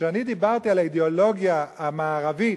כשאני דיברתי על האידיאולוגיה המערבית,